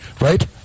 right